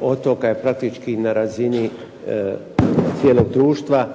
otoka je praktički na razini cijelog društva